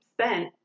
spent